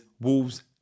Wolves